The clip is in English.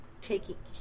taking